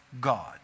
God